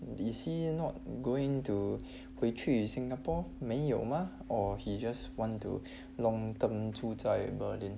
is he not going to 回去 singapore 没有 mah or he just want to long term 住在 berlin